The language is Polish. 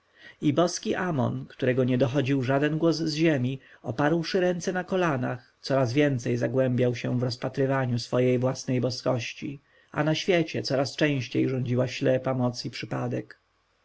i boski amon którego nie dochodził żaden głos z ziemi oparłszy ręce na kolanach coraz więcej zagłębiał się w rozpatrywaniu swojej własnej boskości a na świecie coraz częściej rządziła ślepa moc i przypadek